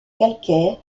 calcaire